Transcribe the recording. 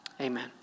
Amen